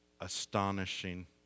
astonishing